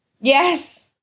Yes